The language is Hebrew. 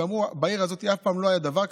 ואמרו: בעיר הזאת אף פעם לא היה דבר כזה,